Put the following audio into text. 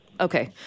Okay